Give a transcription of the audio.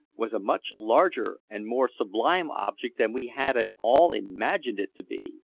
was a much larger and more sublime object than we had at all imagined it to be.